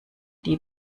die